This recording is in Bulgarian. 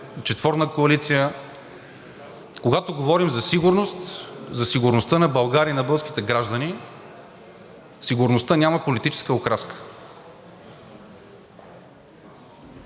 четворна коалиция. Когато говорим за сигурност, за сигурността на България и българските граждани, сигурността няма политическа окраска.